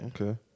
okay